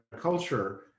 culture